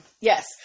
Yes